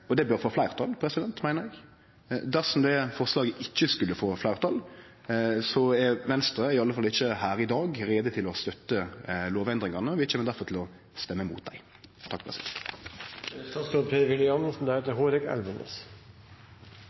og det bør få fleirtal, meiner eg. Dersom det forslaget ikkje skulle få fleirtal, så er ikkje Venstre – iallfall ikkje her i dag – klare til å støtte lovendringane, og vi kjem derfor til å stemme imot dei.